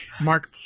Mark